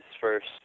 first